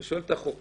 אתה שואל את החוקר